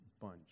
bunch